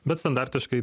bet standartiškai